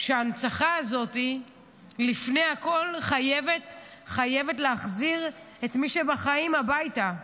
שההנצחה הזאת לפני הכול חייבת להחזיר את מי שבחיים הביתה.